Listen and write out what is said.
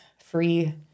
free